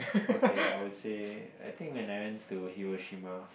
okay I would say I think when I went to Hiroshima